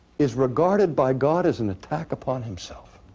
is regarded by god as an attack upon himself